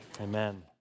amen